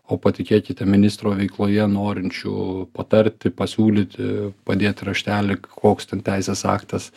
o patikėkite ministro veikloje norinčių patarti pasiūlyti padėt raštelį koks ten teisės aktas